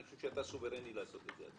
לדעתי אתה סוברני לעשות את זה.